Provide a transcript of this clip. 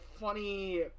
funny